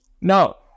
No